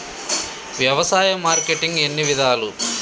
వ్యవసాయ మార్కెటింగ్ ఎన్ని విధాలు?